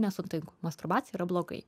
nesutinku masturbacija yra blogai